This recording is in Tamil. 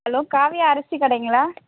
ஹலோ காவியா அரிசி கடைங்களா